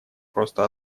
просто